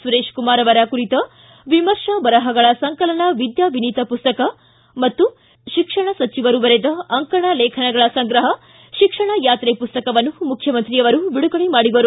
ಸುರೇಶ್ ಕುಮಾರ್ ಅವರ ಕುರಿತ ವಿಮರ್ಶಾ ಬರಹಗಳ ಸಂಕಲನ ವಿದ್ಯಾ ವಿನೀತ ಪುಸ್ತಕ ಮತ್ತು ಶಿಕ್ಷಣ ಸಚಿವರು ಬರೆದ ಅಂಕಣ ಲೇಖನಗಳ ಸಂಗ್ರಹ ಶಿಕ್ಷಣ ಯಾತ್ರೆ ಪುಸ್ತಕವನ್ನು ಮುಖ್ಯಮಂತ್ರಿಯವರು ಬಿಡುಗಡೆ ಮಾಡುವರು